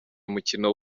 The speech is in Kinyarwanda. umukino